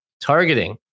targeting